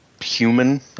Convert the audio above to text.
human